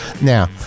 Now